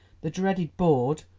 the dreaded board,